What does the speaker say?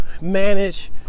manage